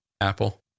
Apple